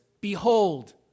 Behold